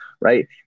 right